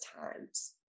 times